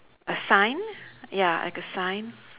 a sign ya like a sign